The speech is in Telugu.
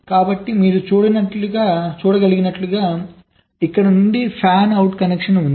కాబట్టి మీరు చూడగలిగినట్లుగా ఇక్కడ నుండి ఫ్యాన్అవుట్ కనెక్షన్ ఉంది